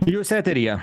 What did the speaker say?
jūs eteryje